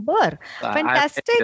fantastic